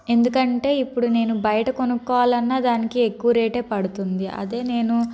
ఎందుకంటే ఇప్పుడు నేను బయట కొనుక్కోవాలన్నా దానికి ఎక్కువ రేటే పడుతుంది అదే నేను